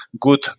good